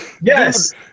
yes